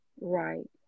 Right